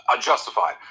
justified